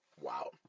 Wow